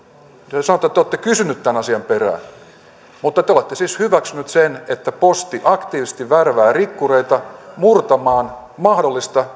te sanotte että te olette kysynyt tämän asian perään mutta te olette siis hyväksynyt sen että posti aktiivisesti värvää rikkureita murtamaan mahdollista